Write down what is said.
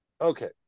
Okay